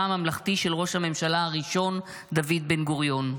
הממלכתי של ראש הממשלה הראשון דוד בן-גוריון.